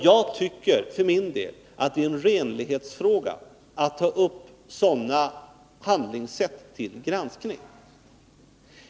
Jag tycker för min del att det är en renlighetsfråga att ta upp sådana handlingssätt till granskning.